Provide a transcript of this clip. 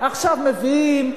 עכשיו מביאים,